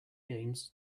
games